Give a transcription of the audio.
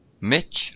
Mitch